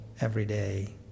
everyday